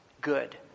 good